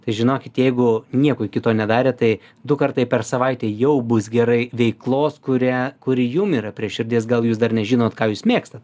tai žinokit jeigu nieko iki to nedarėt tai du kartai per savaitę jau bus gerai veiklos kurią kuri jum yra prie širdies gal jūs dar nežinot ką jūs mėgstat